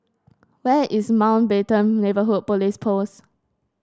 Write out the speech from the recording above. where is Mountbatten Neighbourhood Police Post